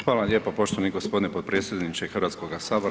Hvala vam lijepo poštovani gospodine potpredsjedniče Hrvatskog sabora.